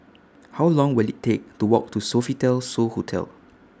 How Long Will IT Take to Walk to Sofitel So Hotel